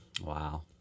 Wow